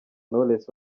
knowless